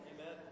Amen